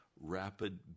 rapid